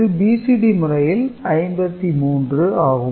இது BCD முறையில் 5 3 ஆகும்